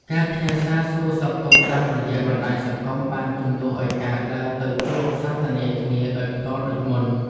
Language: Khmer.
ការផ្ញើសារសួរសុខទុក្ខតាមរយៈបណ្តាញសង្គមបានជំនួសឱ្យការដើរទៅជួបសន្ទនាគ្នាដោយផ្ទាល់ដូចមុន។